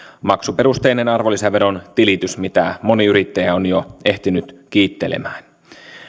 maksuperusteinen arvonlisäveron tilitys mitä moni yrittäjä on jo ehtinyt kiittelemään